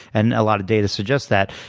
and a lot of data suggests that.